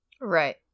Right